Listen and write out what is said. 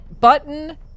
button